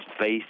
face